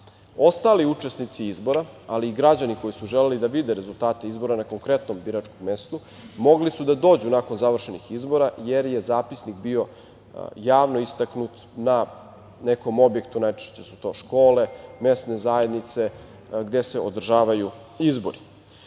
ostali učesnici izbora, ali i građani koji su želeli da vide rezultate izbora na konkretnom biračkom mestu mogli su da dođu nakon završenih izbora jer je zapisnik bio javno istaknut na nekom objektu, a najčešće su to škole, mesne zajednice gde se održavaju izbor.